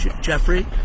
Jeffrey